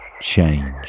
Change